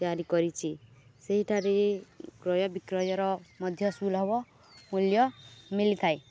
ତିଆରି କରିଛି ସେଇଠାରେ କ୍ରୟ ବିକ୍ରୟର ମଧ୍ୟ ସୁଲଭ ମୂଲ୍ୟ ମିଲିଥାଏ